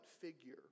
figure